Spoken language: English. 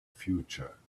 future